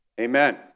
Amen